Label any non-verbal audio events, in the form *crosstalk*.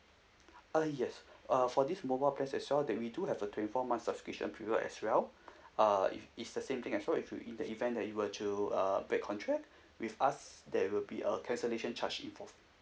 *breath* uh yes uh for this mobile plans as well that we do have a twenty four months subscription period as well *breath* uh it it's the same thing as well if you in the event that you were to uh break contract with us there will be a cancellation charge involved